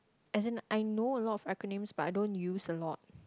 as in I know a lot of acronyms but I don't use a lot